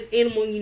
animal